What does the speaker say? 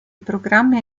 programmi